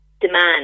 demand